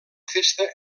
festa